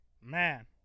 Man